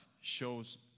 shows